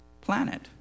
planet